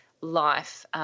life